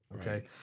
Okay